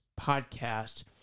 podcast